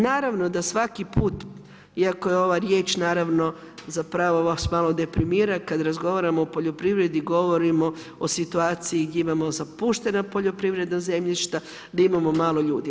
Naravno da svaki put iako je ova riječ naravno zapravo vas malo deprimira, kada razgovaramo o poljoprivredi govorimo o situaciji gdje imamo zapuštena poljoprivredna zemljišta, gdje imamo malo ljudi.